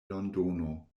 londono